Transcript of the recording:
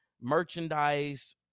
merchandise